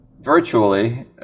Virtually